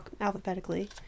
alphabetically